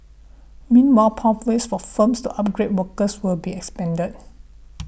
meanwhile pathways for firms to upgrade workers will be expanded